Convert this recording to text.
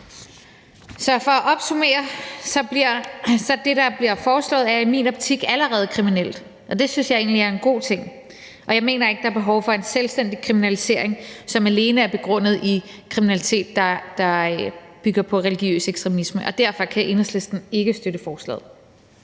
Så for at opsummere er det, der bliver foreslået, i min optik allerede kriminelt, og det synes jeg egentlig er en god ting. Og jeg mener ikke, at der er behov for en selvstændig kriminalisering, som alene er begrundet i kriminalitet, der bygger på religiøs ekstremisme. Derfor kan Enhedslisten ikke støtte forslaget.